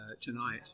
tonight